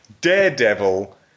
Daredevil